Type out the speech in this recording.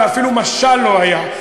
ואפילו משל לא היה.